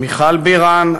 מיכל בירן,